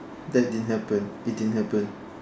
that didn't happen it didn't happen